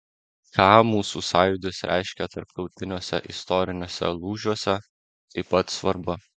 ką mūsų sąjūdis reiškė tarptautiniuose istoriniuose lūžiuose taip pat svarbu